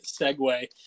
segue